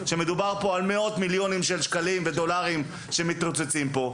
מדובר פה על מאות מיליונים של שקלים ודולרים שמתרוצצים פה.